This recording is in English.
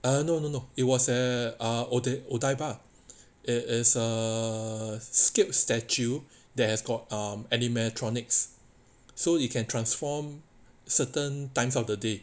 ah no no no it was err ah oo~ ohdaiba it is err scape statue that has got um animatronics so you can transform certain times of the day